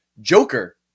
Joker